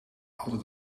altijd